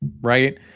right